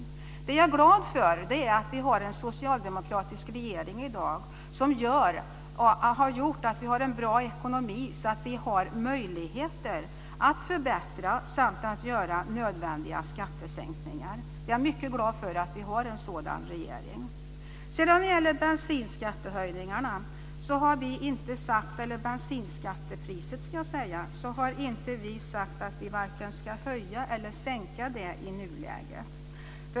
Jag är mycket glad över att vi i dag har en socialdemokratisk regering - en regering som gjort att vi nu har en bra ekonomi och därmed möjligheter att göra förbättringar och att göra nödvändiga skattesänkningar. Beträffande bensinskattepriserna har vi inte sagt vare sig att vi ska höja eller att vi ska sänka dem i nuläget.